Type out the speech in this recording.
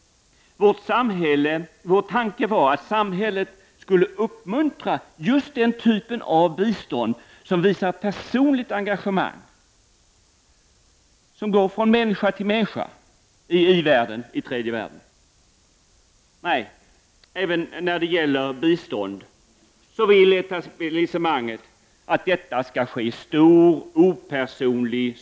Vår tanke var att samhället skulle uppmuntra just den typen av bistånd som visar på ett personligt engagemang. Det handlar ju om gåvor från människor här till människor i tredje världen. Nej, även när det gäller detta bistånd vill etablissemanget att detta skall förekomma i stor skala och på ett opersonligt sätt.